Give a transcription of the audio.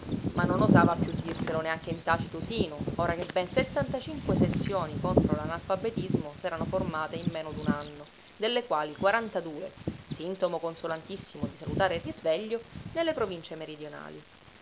ma non osava più dirselo neanche in tacito sinu ora che ben settantacinque sezioni contro l'analfabetismo s'erano formate in meno d'un anno delle quali quarantadue sintomo consolantissimo di salutare risveglio nelle provincie meridionali